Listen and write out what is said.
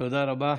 תודה רבה.